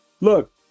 Look